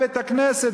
הוא בא לבית-הכנסת,